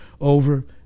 over